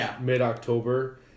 mid-October